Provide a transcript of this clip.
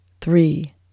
three